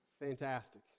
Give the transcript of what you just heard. Fantastic